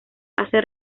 hace